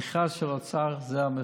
המכרז של האוצר, זה המכרז,